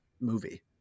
movie